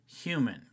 human